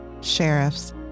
sheriffs